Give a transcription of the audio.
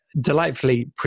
delightfully